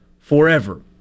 Forever